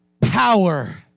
power